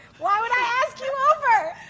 why would i ask you over?